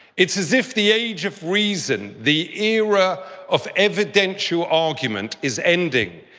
it's as if the age of reason the era of evidential argument is ending.